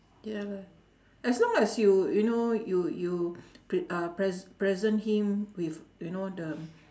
ya lah as long as you you know you you pr~ uh pres~ present him with you know the